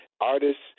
Artists